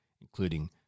including